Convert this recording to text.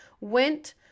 went